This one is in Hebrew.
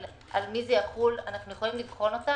על מי זה יכול אנחנו יכולים לבחון אותה.